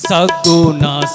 Saguna